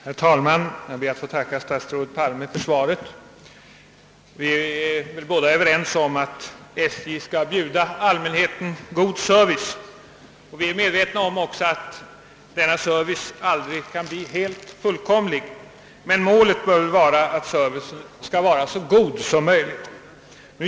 Herr talman! Jag ber att få tacka statsrådet Palme för svaret. Vi är tydligen överens om att SJ skall bjuda allmänheten god service, och vi är också båda medvetna om att denna service aldrig kan bli helt fullkomlig. Men målet bör vara att servicen skall vara så god som möjligt.